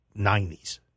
90s